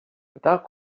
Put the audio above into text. without